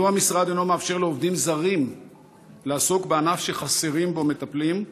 2. מדוע המשרד אינו מאפשר לעובדים זרים לעסוק בענף שחסרים בו מטפלים?